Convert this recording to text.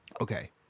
Okay